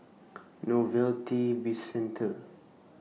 Novelty Bizcenter